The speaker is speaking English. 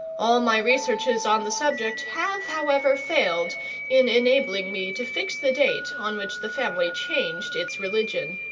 all my researches on the subject have, however, failed in enabling me to fix the date on which the family changed its religion.